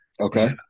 Okay